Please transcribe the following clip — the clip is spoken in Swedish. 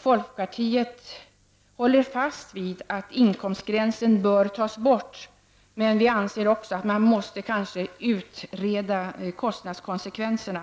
Folkpartiet håller fast vid att inkomstgränsen bör tas bort, men vi anser också att man kanske måste utreda kostnadskonsekvenserna.